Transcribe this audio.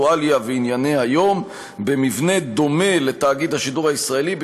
אקטואליה וענייני היום במבנה דומה לתאגיד השידור הישראלי,